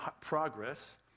progress